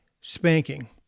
spanking